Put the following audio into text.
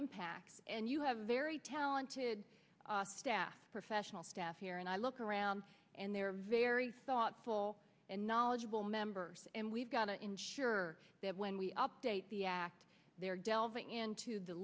impact and you have very talented staff professional staff here and i look around and they're very thoughtful and knowledgeable members and we've got to ensure that when we update the act there delving into the